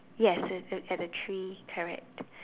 yes it is at a tree correct